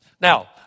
Now